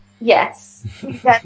Yes